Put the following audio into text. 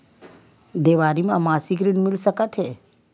देवारी म मासिक ऋण मिल सकत हे?